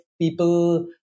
people